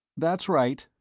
that's right,